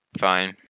Fine